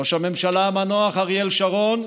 ראש הממשלה המנוח אריאל שרון,